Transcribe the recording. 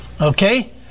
Okay